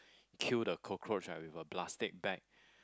kill the cockroach with a plastic bag